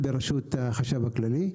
בראשות החשב הכללי.